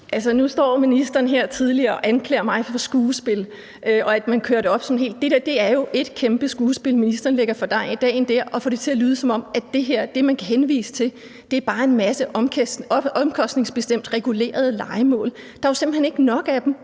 (V): Nu stod ministeren tidligere og anklagede mig for skuespil og for at køre det op. Det der er jo et kæmpe skuespil, som ministeren lægger for dagen, ved at få det til at lyde, som om de boliger, man kan anvise til, bare er en masse omkostningsbestemte regulerede lejemål. Der er jo simpelt hen ikke nok af dem